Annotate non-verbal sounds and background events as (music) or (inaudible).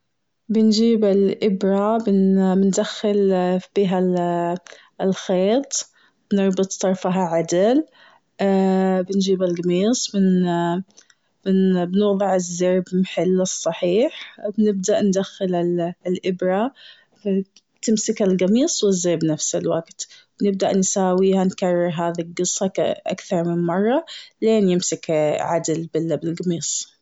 بنجيب الإبرة بن- بندخل (hesitation) فيها (hesitation) الخيط. بنربط طرفها عدل. (hesitation) بنجيب القميص بن- بنوضع الزر في محله الصحيح. بنبدأ ندخل ال- الابرة. تمسك القميص والزر نفسه نبدأ نساويها نكرر هذي القصة اكثر من مرة. لين يمسك (hesitation) عدل بال-بالقميص.